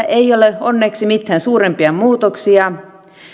ei ole onneksi mitään suurempia muutoksia